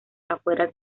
afueras